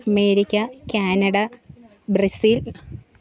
America Canada Brazil